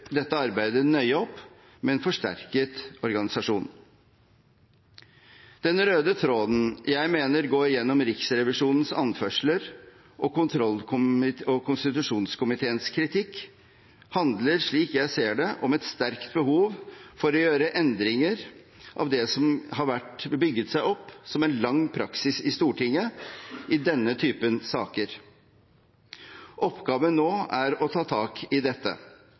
dette arbeidet nøye opp med en forsterket organisasjon. Den røde tråden jeg mener går gjennom Riksrevisjonens anførsler og kontroll- og konstitusjonskomiteens kritikk, handler, slik jeg ser det, om et sterkt behov for å gjøre endringer av det som har bygget seg opp som en lang praksis i Stortinget i denne typen saker. Oppgaven nå er å ta tak i dette,